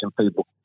people